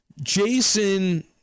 Jason